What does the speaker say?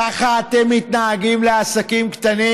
ככה אתם מתנהגים לעסקים קטנים?